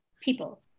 people